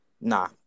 Nah